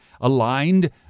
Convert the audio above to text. aligned